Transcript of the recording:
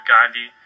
Gandhi